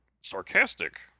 sarcastic